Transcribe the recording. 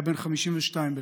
היה בן 52 בלכתו.